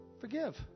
forgive